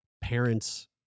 parents